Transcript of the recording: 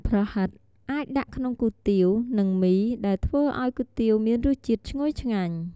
ប្រហិតអាចដាក់ក្នុងគុយទាវ និងមី ដែលធ្វើឱ្យគុយទាវមានរសជាតិឈ្ងុយឆ្ងាញ់។